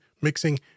mixing